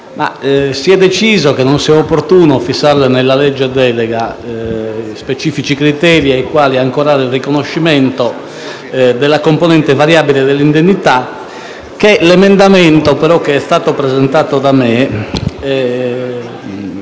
Si è deciso che non sia opportuno fissare nella legge delega specifici criteri ai quali ancorare il riconoscimento della componente variabile dell'indennità, che l'emendamento da me presentato rimette